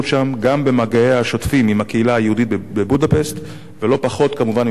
גם במגעיה השוטפים עם הקהילה היהודית בבודפשט ולא פחות מחוצה לה,